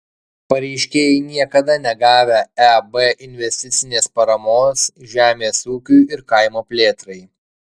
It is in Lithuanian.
pareiškėjai niekada negavę eb investicinės paramos žemės ūkiui ir kaimo plėtrai